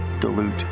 dilute